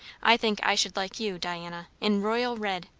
i think i should like you, diana, in royal red.